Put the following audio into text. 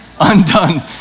undone